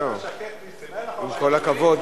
עם כל הכבוד,